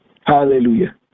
Hallelujah